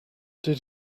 did